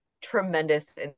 tremendous